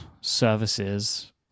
services